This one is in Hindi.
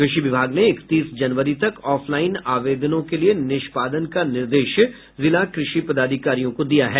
कृषि विभाग ने इकतीस जनवरी तक ऑफलाईन आवेदनों के लिए निष्पादन का निर्देश जिला कृषि पदाधिकारियों को दिया है